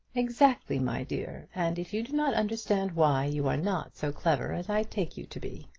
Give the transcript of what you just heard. exactly, my dear and if you do not understand why, you are not so clever as i take you to be.